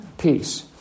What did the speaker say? Peace